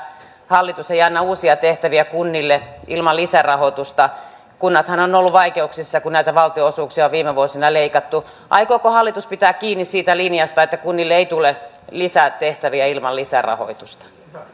hallitus ei anna uusia tehtäviä kunnille ilman lisärahoitusta kunnathan ovat olleet vaikeuksissa kun näitä valtionosuuksia on viime vuosina leikattu aikooko hallitus pitää kiinni siitä linjasta että kunnille ei tule lisää tehtäviä ilman lisärahoitusta